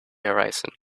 horizon